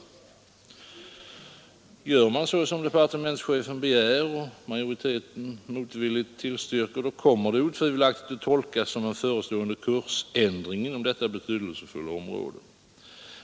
Gör man som departementschefen begär och majoriteten motvilligt tillstyrker, kommer det otvivelaktigt att tolkas såsom en förestående kursändring inom detta betydelsefulla område.